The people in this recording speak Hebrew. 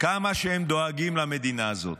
כמה שהם דואגים למדינה הזאת.